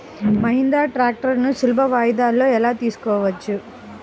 మహీంద్రా ట్రాక్టర్లను సులభ వాయిదాలలో ఎలా తీసుకోవచ్చు?